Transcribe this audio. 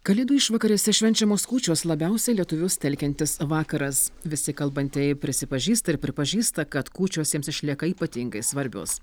kalėdų išvakarėse švenčiamos kūčios labiausiai lietuvius telkiantis vakaras visi kalbantieji prisipažįsta ir pripažįsta kad kūčios jiems išlieka ypatingai svarbios